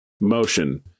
motion